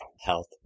health